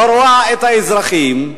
לא רואה את האזרחים,